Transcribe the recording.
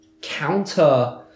counter